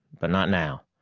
but not now.